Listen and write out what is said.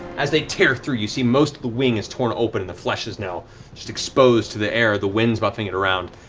as they tear through, you see most of the wing is torn open and the flesh is now just exposed to the air, the wind's buffeting it around.